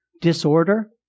Disorder